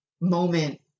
moment